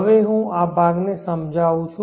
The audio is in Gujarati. હવે હું આ ભાગને સમજાવું છું